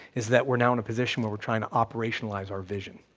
is that we're now in a position where we're trying to operationalize our vision.